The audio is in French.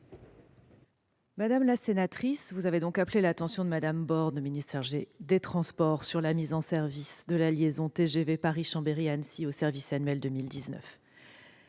Madame la sénatrice, vous avez appelé l'attention de Mme Borne, ministre chargée des transports, sur la mise en service de la liaison TGV Paris-Chambéry-Annecy au service annuel 2019.